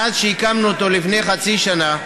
מאז שהקמנו אותו, לפני חצי שנה,